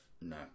No